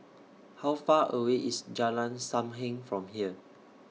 How Far away IS Jalan SAM Heng from here